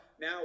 now